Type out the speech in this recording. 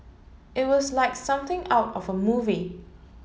it was like something out of a movie